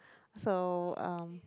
so um